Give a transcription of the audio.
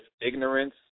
ignorance